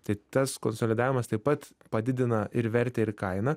tai tas konsolidavimas taip pat padidina ir vertę ir kainą